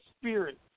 spirit